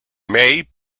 may